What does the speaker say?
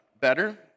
better